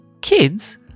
kids